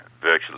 virtually